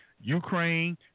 Ukraine